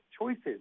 choices